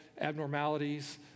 abnormalities